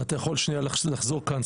אתה יכול שנייה לחזור כאן?